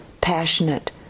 passionate